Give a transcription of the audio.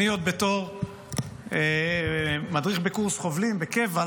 עוד בתור מדריך בקורס חובלים בקבע,